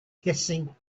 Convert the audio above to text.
hissing